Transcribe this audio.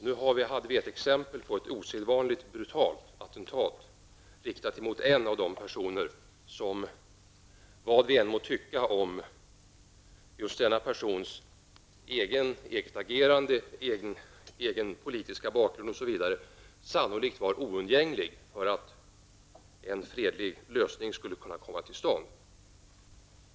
Detta är ett exempel på ett osedvanligt brutalt attentat, riktat mot en av de personer som, vad vi än må tycka om denna persons eget agerande och politiska bakgrund osv., sannolikt var oundgänglig för att en fredlig lösning skulle kunna komma till stånd.